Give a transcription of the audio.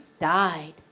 died